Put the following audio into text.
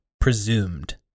presumed